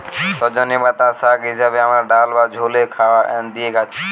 সজনের পাতা শাগ হিসাবে আমরা ডাল বা ঝোলে দিয়ে খাচ্ছি